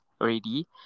already